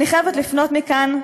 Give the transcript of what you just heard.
ואני חייבת לפנות מכאן